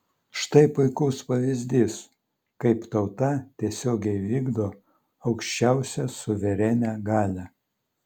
štai puikus pavyzdys kaip tauta tiesiogiai vykdo aukščiausią suverenią galią